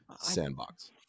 sandbox